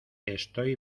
estoy